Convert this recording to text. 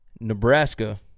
Nebraska –